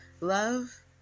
Love